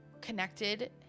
connected